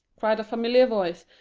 cried a familiar voice,